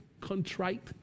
contrite